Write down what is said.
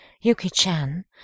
Yuki-chan